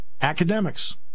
Academics